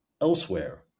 elsewhere